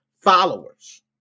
followers